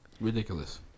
Ridiculous